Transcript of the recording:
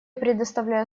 предоставляю